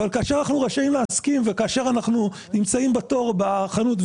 אבל כאשר אנחנו רשאים להסכים וכאשר אנחנו נמצאים בתור בחנות,